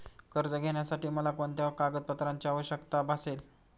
कर्ज घेण्यासाठी मला कोणत्या कागदपत्रांची आवश्यकता भासेल?